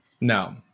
No